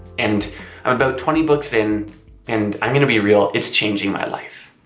and i'm about twenty books in and i'm gonna be real it's changing my life.